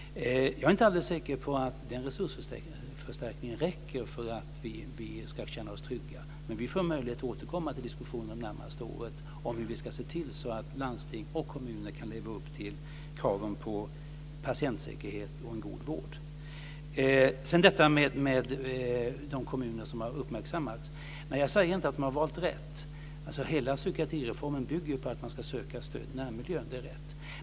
Jag är inte alldeles säker på att den resursförstärkningen räcker för att vi ska känna oss trygga. Men vi får möjlighet att återkomma det närmaste året till diskussionen om hur vi kan se till att landsting och kommuner kan leva upp till kraven på patientsäkerhet och en god vård. Sedan detta med de kommuner som har uppmärksammats. Nej, jag säger inte att de har valt rätt. Hela psykiatrireformen bygger ju på att man ska söka stöd i närmiljön, det är riktigt.